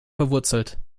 verwurzelt